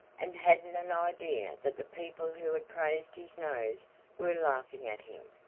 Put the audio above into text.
and hadn't an idea that the people who had praised his nose were laughing at him,